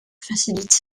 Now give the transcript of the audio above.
facilite